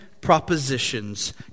propositions